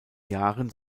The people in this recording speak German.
jahren